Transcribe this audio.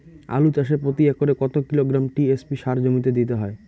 আলু চাষে প্রতি একরে কত কিলোগ্রাম টি.এস.পি সার জমিতে দিতে হয়?